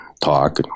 talk